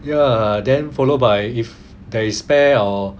ya then followed by if there is spare or